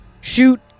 shoot